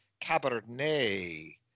Cabernet